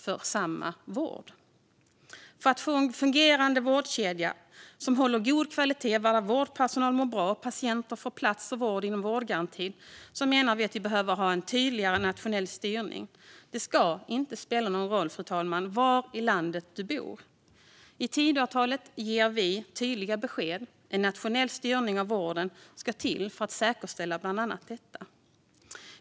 För att Sverige ska få en fungerande vårdkedja som håller god kvalitet, där vårdpersonalen mår bra och där patienter får plats och vård inom vårdgarantin, behövs det en tydligare nationell styrning, menar vi. Det ska inte spela någon roll var i landet man bor, fru talman. I Tidöavtalet ger vi tydliga besked: Nationell styrning av vården ska till för att säkerställa bland annat detta.